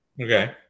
Okay